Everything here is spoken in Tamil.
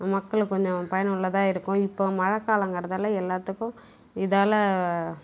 மக்களுக்கு கொஞ்சம் பயனுள்ளதாக இருக்கும் இப்போ மழைக் காலங்கிறதால எல்லாத்துக்கும் இதால்